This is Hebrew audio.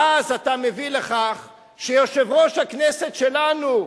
ואז אתה מביא לכך שיושב-ראש הכנסת שלנו,